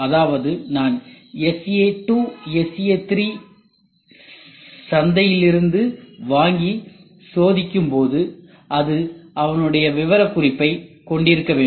அதாவது நான் SA2 அல்லது SA3 சந்தையில் இருந்து வாங்கி சோதிக்கும் போது அது அவனுடைய விவரக்குறிப்பைக் கொண்டிருக்க வேண்டும்